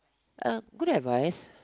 uh good advice